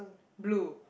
blue